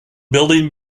building